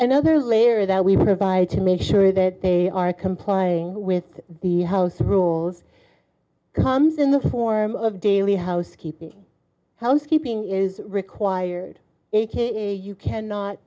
and other layer that we provide to make sure that they are complying with the house rules comes in the form of daily housekeeping housekeeping is required aka you cannot